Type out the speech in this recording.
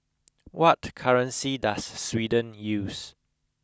what currency does Sweden use